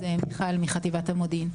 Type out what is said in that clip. אז מיכל מחטיבת המודיעין.